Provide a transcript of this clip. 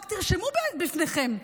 רק תרשמו בפניכם,